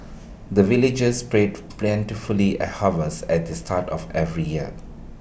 the villagers pray for plentifully harvest at the start of every year